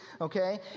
okay